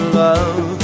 love